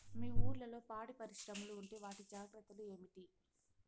మీ ఊర్లలో పాడి పరిశ్రమలు ఉంటే వాటి జాగ్రత్తలు ఏమిటి